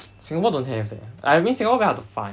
singapore don't have eh I mean singapore very hard to find